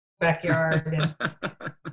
backyard